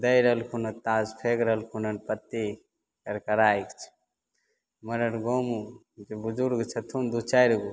दै रहलखुन हँ तास फेक रहलखुन हन पत्ती करकराछि हमर आओर गाँवमे जे बुजुर्ग छथुन दु चारि गो